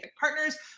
partners